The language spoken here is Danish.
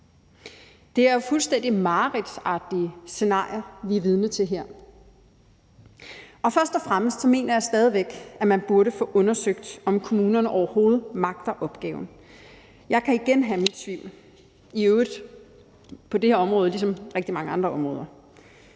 Det er jo fuldstændig mareridtsagtige scenarier, vi er vidner til her. Først og fremmest mener jeg stadig væk, at man burde få undersøgt, om kommunerne overhovedet magter opgaven. Jeg kan igen have mine tvivl på det her område ligesom i øvrigt på rigtig mange andre områder.